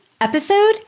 episode